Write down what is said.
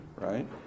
right